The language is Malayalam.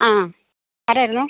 ആ ആരായിരുന്നു